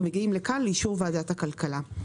אנחנו מגיעים לכאן לאישור ועדת הכלכלה.